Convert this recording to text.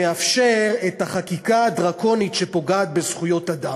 שמאפשר את החקיקה הדרקונית שפוגעת בזכויות אדם,